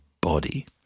body